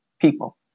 people